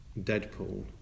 Deadpool